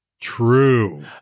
True